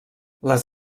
les